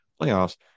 playoffs